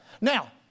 Now